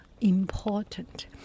important